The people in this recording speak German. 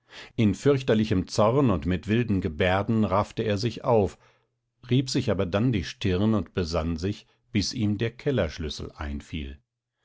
in fürchterlichem zorn und mit wilden gebärden raffte er sich auf rieb sich aber dann die stirn und besann sich bis ihm der kellerschlüssel einfiel